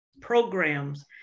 programs